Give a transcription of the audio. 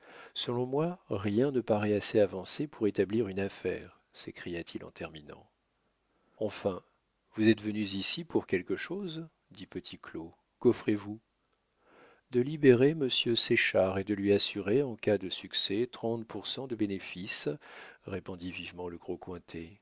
selon moi rien ne paraît assez avancé pour établir une affaire s'écria-t-il en terminant enfin vous êtes venus ici pour quelque chose dit petit claud quoffrez vous de libérer monsieur séchard et de lui assurer en cas de succès trente pour cent de bénéfices répondit vivement le